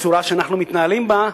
בצורה שאנחנו מתנהלים בה,